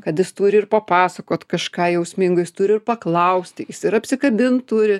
kad jis turi ir papasakot kažką jausmingo jis turi ir paklausti jis ir apsikabint turi